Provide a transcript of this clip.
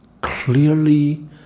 clearly